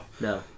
No